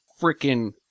freaking